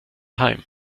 heim